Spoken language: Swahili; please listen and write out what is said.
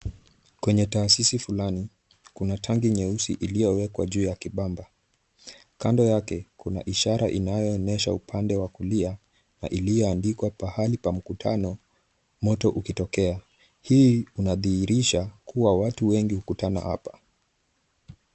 Kwenye taasisis fulani, kuna tangi fulani iliyowekwa juu ya kibamba. Kando yake kuna ishara inayoonyesha upande wa kulia, na iliyoandikwa pahali pa mkutano moto ukitokea. Hii unadhihirisha kuwa watu wengi hukutana hapa.